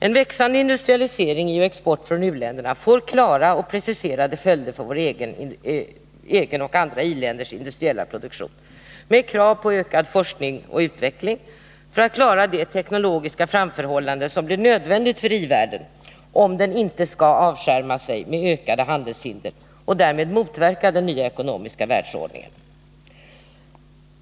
En växande industrialisering i och export från u-länderna får klara och preciserade följder för vår egen och andra i-länders produktion med krav på ökad forskning och utveckling för att klara det teknologiska framförhållande som blir nödvändigt för i-världen om den inte skall avskärma sig genom ökade handelshinder och därmed motverka den nya ekonomiska världsordningen.